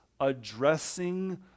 addressing